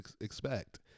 expect